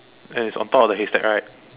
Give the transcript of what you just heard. and it's on top of the haystack right